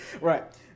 Right